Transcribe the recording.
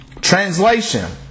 Translation